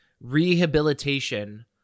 rehabilitation